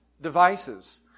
devices